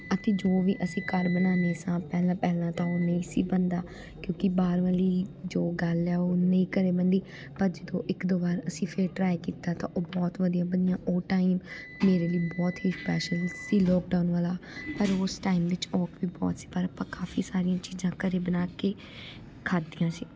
ਅਤੇ ਜੋ ਵੀ ਅਸੀਂ ਘਰ ਬਣਾਉਂਦੇ ਸਾਂ ਪਹਿਲਾਂ ਪਹਿਲਾਂ ਤਾਂ ਉਹ ਨਹੀਂ ਸੀ ਬਣਦਾ ਕਿਉਂਕਿ ਬਾਹਰ ਵਾਲੀ ਜੋ ਗੱਲ ਹੈ ਉਹ ਨਹੀਂ ਘਰ ਬਣਦੀ ਪਰ ਜਦੋਂ ਇੱਕ ਦੋ ਵਾਰ ਅਸੀਂ ਫਿਰ ਟਰਾਈ ਕੀਤਾ ਤਾਂ ਉਹ ਬਹੁਤ ਵਧੀਆ ਬਣੀਆਂ ਉਹ ਟਾਈਮ ਮੇਰੇ ਲਈ ਬਹੁਤ ਹੀ ਸਪੈਸ਼ਲ ਸੀ ਲੋਕਡਾਊਨ ਵਾਲਾ ਪਰ ਉਸ ਟਾਈਮ ਵਿੱਚ ਔਖ ਵੀ ਬਹੁਤ ਸੀ ਪਰ ਆਪਾਂ ਕਾਫੀ ਸਾਰੀਆਂ ਚੀਜ਼ਾਂ ਘਰ ਬਣਾ ਕੇ ਖਾਧੀਆਂ ਸੀ